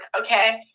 okay